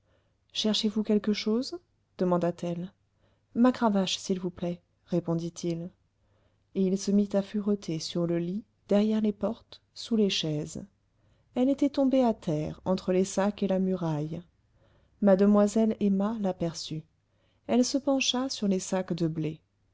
cherchez-vous quelque chose demanda-t-elle ma cravache s'il vous plaît répondit-il et il se mit à fureter sur le lit derrière les portes sous les chaises elle était tombée à terre entre les sacs et la muraille mademoiselle emma l'aperçut elle se pencha sur les sacs de blé